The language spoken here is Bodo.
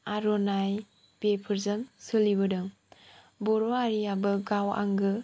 आर'नाय बेफोर जों सोलिबोदों बर' हारियाबो गाव आंगो